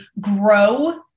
grow